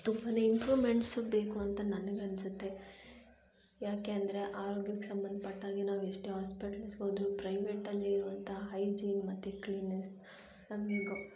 ತುಂಬಾ ಇಂಪ್ರೂವ್ಮೆಂಟ್ಸ್ ಬೇಕು ಅಂತ ನನಗನ್ಸುತ್ತೆ ಯಾಕೆಂದರೆ ಆರೋಗ್ಯಕ್ಕೆ ಸಂಬಂಧಪಟ್ಟಾಗೆ ನಾವು ಎಷ್ಟೇ ಹಾಸ್ಪೆಟಲ್ಸ್ಗೆ ಹೋದ್ರೂ ಪ್ರೈವೆಟ್ಟಲ್ಲಿ ಇರುವಂಥ ಹೈಜಿನ್ ಮತ್ತು ಕ್ಲೀನೆಸ್ ನಮಗೆ ಗವ್